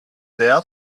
der